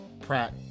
Pratt